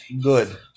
Good